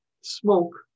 smoke